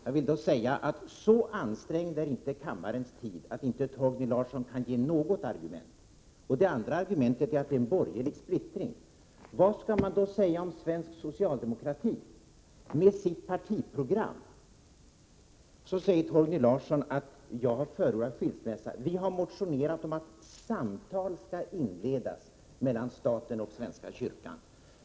Låt mig säga: Så ansträngd är inte kammarens tid att Torgny Larsson inte kan ge några motiv. Det andra argumentet är att det råder en borgerlig splittring. Vad skall man då säga om svensk socialdemokrati, med dess partiprogram? Torgny Larsson säger att jag har förordat skilsmässa. Vi har motionerat om att samtal skall inledas mellan staten och svenska kyrkan.